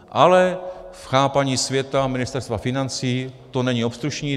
Ale v chápání světa Ministerstva financí to není obstrukční.